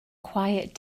quiet